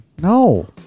no